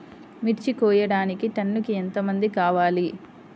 మిర్చి కోయడానికి టన్నుకి ఎంత మంది కావాలి?